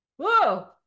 whoa